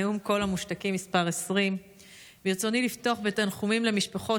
נאום קול המושתקים מס' 20. ברצוני לפתוח בתנחומים למשפחות